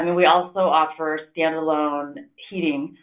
and we also offer standalone heating.